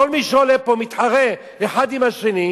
כל מי שעולה פה מתחרה, האחד עם השני,